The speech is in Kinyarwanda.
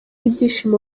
ibyishimo